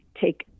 take